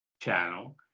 channel